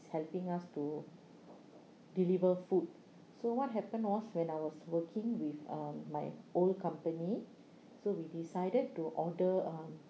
helping us to deliver food so what happen was when I was working with uh my old company so we decided to order uh